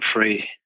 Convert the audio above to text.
free